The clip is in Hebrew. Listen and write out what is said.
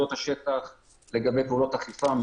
כי זו אפשרות די חדשה של משטרת ישראל שפותחה עוד